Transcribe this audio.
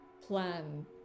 plan